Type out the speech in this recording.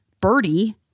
Birdie